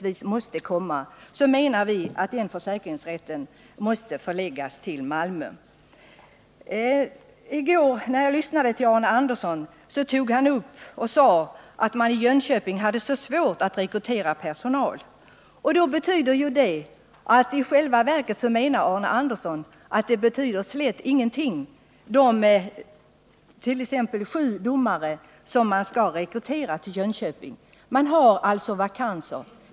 Vi anser emellertid att en ny försäkringsrätt skall förläggas till Malmö. I går sade Arne Andersson att det är så svårt att rekrytera personal till Jönköping. Det betyder att Arne Andersson i själva verket medger att frågan om rekrytering av ytterligare sju domare till Jönköping kommer att bli svår. Man har alltså nu vakanser.